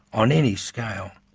on any scale.